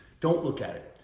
don't look at it.